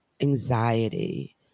anxiety